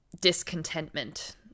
discontentment